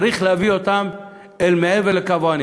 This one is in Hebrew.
צריך להביא אותם אל מעל קו העוני.